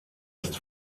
ist